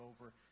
over